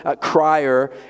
crier